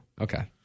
okay